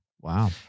Wow